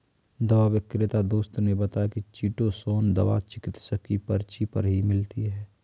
दवा विक्रेता दोस्त ने बताया की चीटोसोंन दवा चिकित्सक की पर्ची पर ही मिलती है